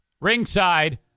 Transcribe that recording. ringside